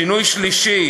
השינוי השלישי